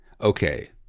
Okay